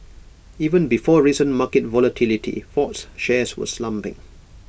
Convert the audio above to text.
even before recent market volatility Ford's shares were slumping